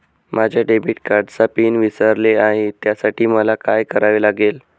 माझ्या डेबिट कार्डचा पिन विसरले आहे त्यासाठी मला काय करावे लागेल?